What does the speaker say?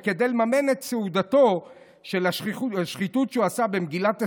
שכדי לממן את סעודת השחיתות שהוא עשה במגילת אסתר,